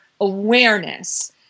awareness